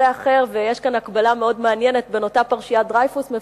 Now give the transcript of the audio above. ויש כאן הקבלה מאוד מעניינת בין אותה פרשיית דרייפוס המפורסמת